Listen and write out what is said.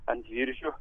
ant viržių